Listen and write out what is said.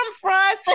fries